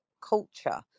culture